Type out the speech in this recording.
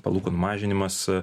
palūkanų mažinimas